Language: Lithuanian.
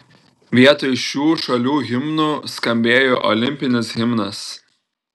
vietoj šių šalių himnų skambėjo olimpinis himnas